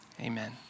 Amen